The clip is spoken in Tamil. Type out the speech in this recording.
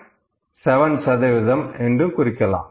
7 சதவீதம் என்று குறிக்கலாம்